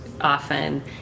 often